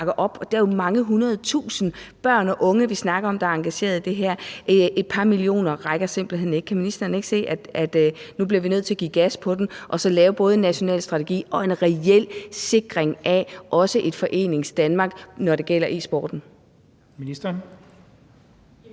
er jo mange hundrede tusinde børn og unge, vi snakker om, der er engagerede i det her, så et par millioner kroner rækker simpelt hen ikke. Kan ministeren ikke se, at nu bliver vi nødt til at give den gas her og så lave både en national strategi og også en reel sikring af et Foreningsdanmark, når det gælder e-sporten? Kl.